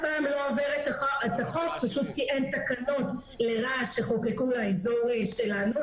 פעם זה לא עובר את החוק פשוט כי אין תקנות לרעש שחוקקו לאזור שלנו.